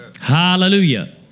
Hallelujah